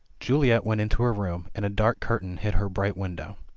juliet went into her room, and a dark curtain hid her bright win dow.